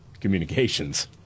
communications